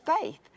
faith